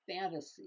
fantasy